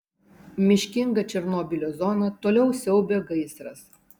miškingą černobylio zoną toliau siaubia gaisras